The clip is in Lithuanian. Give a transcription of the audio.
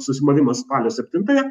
susimovimas spalio septintąją